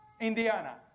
Indiana